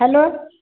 hello